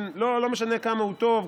לא משנה כמה הוא טוב,